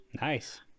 Nice